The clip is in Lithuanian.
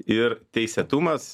ir teisėtumas